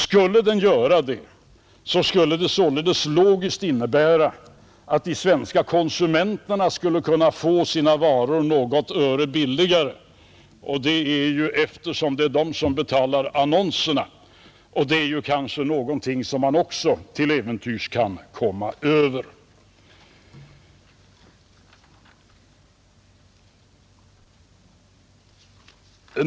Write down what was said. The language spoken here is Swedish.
Skulle den göra det, skulle det således logiskt innebära att de svenska konsumenterna skulle kunna få sina varor något öre billigare, och eftersom det är de som betalar annonserna är det kanske något som man också till äventyrs kan komma över.